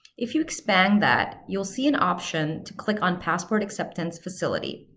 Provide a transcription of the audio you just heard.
if you expand that, you'll see an option to click on passport acceptance facility.